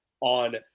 on